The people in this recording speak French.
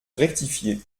rectifié